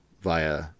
via